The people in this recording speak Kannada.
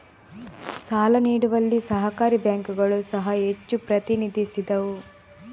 ಸಾಲ ನೀಡುವಲ್ಲಿ ಸಹಕಾರಿ ಬ್ಯಾಂಕುಗಳು ಸಹ ಹೆಚ್ಚು ಪ್ರತಿನಿಧಿಸಿದವು